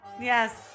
Yes